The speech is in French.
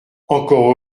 encore